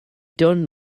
done